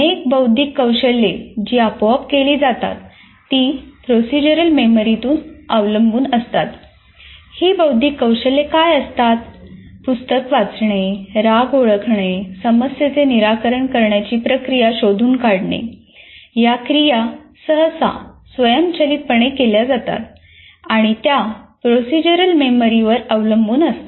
अनेक बौद्धिक कौशल्ये जी आपोआप केली जातात ती प्रोसिजरल मेमरीवर अवलंबून असतात